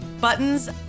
Buttons